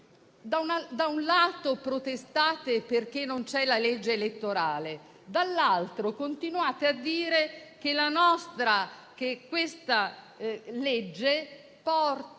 da un lato protestate perché non c'è la legge elettorale, dall'altro continuate a dire che questa legge porterebbe